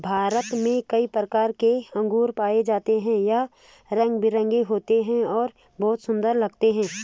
भारत में कई प्रकार के अंगूर पाए जाते हैं यह रंग बिरंगे होते हैं और बहुत सुंदर लगते हैं